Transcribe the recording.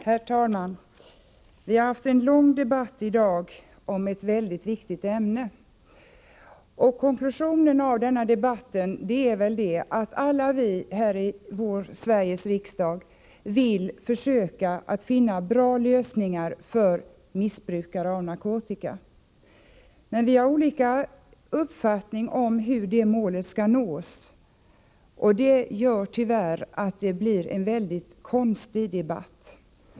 Herr talman! Vi har haft en lång debatt i dag om ett väldigt viktigt ämne, och konklusionen av denna debatt är väl att alla vi här i Sveriges riksdag vill försöka att finna bra lösningar för missbrukare av narkotika. Men vi har olika uppfattning om hur det målet skall nås, och det gör tyvärr att det blir en väldigt konstig debatt.